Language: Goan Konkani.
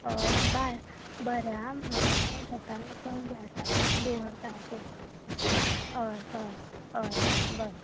बाय बरें आं म्हाका मगो शेतांत वचूंक जाया आतां दवरतां हय हय बरें आं